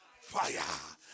fire